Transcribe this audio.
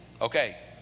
Okay